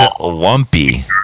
lumpy